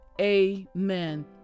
Amen